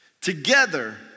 together